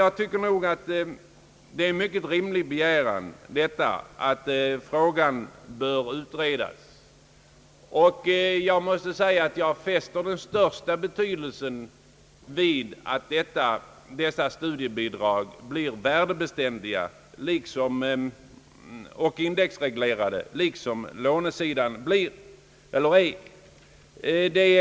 Jag tycker att det är en mycket rimlig begäran att denna fråga utredes. Jag fäster den största betydelsen vid att dessa studiebidrag blir värdebeständiga och indexreglerade i likhet med vad som gäller på lånesidan.